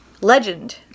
Legend